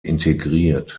integriert